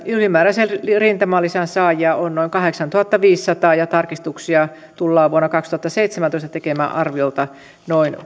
ylimääräisen rintamalisän saajia on noin kahdeksantuhattaviisisataa ja tarkistuksia tullaan vuonna kaksituhattaseitsemäntoista tekemään arviolta noin